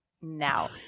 now